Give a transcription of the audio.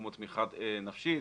כמו תמיכה נפשית,